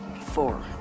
Four